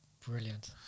brilliant